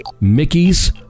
Mickey's